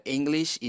English